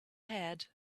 head